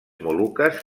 moluques